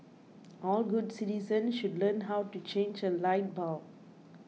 all good citizens should learn how to change a light bulb